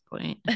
point